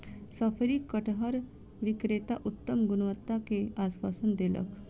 शफरी कटहर विक्रेता उत्तम गुणवत्ता के आश्वासन देलक